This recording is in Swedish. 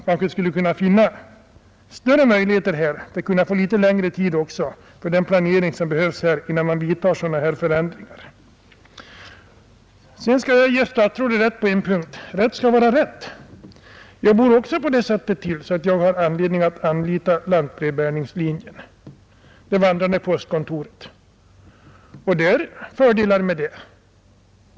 Det borde beredas längre tid för den planering som behövs innan sådana här förändringar vidtas. Jag skall ge kommunikationsministern rätt på en punkt — rätt skall vara rätt. Jag bor också så till att jag anlitar lantbrevbärningslinjen, det vandrande postkontoret, och det har sina fördelar.